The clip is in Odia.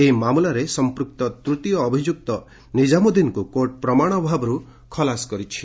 ଏହି ମାମଲାରେ ସଂପୃକ୍ତ ତୃତୀୟ ଅଭିଯୁକ୍ତ ନିଜାମୁଦ୍ଦିନକୁ କୋର୍ଟ ପ୍ରମାଣ ଅଭାବରୁ ଖଲାସ କରିଛି